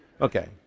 Okay